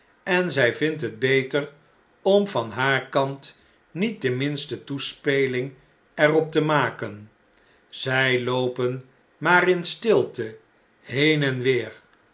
en zjj vindthet beter om van haar kant niet de minste toespeling er op te maken zij loopen maar in stilte heen en weer